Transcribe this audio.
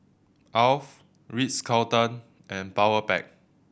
Alf Ritz Carlton and Powerpac